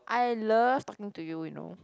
I love talking to you you know